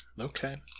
Okay